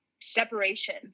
separation